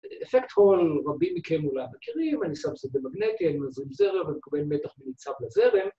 אפקט הול רבים מכם אולי מכירים, אני שם את זה במגנטי, אני מעביר זרם, אני מקובל מתח מניצב לזרם